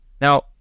now